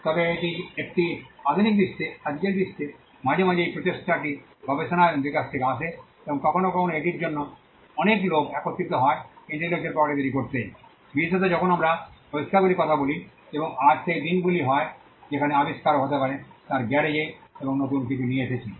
তবে একটি আধুনিক বিশ্বে আজকের বিশ্বে মাঝে মাঝে এই প্রচেষ্টাটি গবেষণা এবং বিকাশ থেকে আসে এবং কখনও কখনও এটির জন্য অনেক লোক একত্রিত হয় ইন্টেলেকচুয়াল প্রপার্টি তৈরি করতে বিশেষত যখন আমরা আবিষ্কারগুলির কথা বলি এবং আজ সেই দিনগুলি হয় যেখানে আবিষ্কারক হতে পারে তার গ্যারেজে এবং নতুন কিছু নিয়ে এসেছি